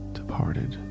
departed